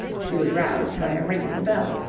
she was roused by a ring at the bell.